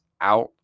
out